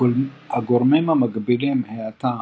הגורמים המגבילים האטה